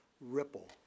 ripple